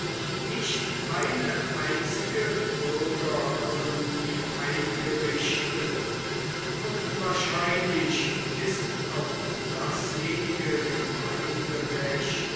nicht eine einzige bürgerkolonie eingerichtet und wahrscheinlich ist auch dasjenige